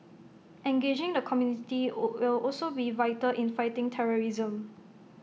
engaging the community will also be vital in fighting terrorism